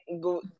go